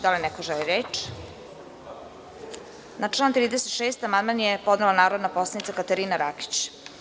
Da li neko želi reč? (Ne.) Na član 36. amandman je podnela narodna poslanica Katarina Rakić.